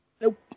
Nope